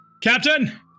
Captain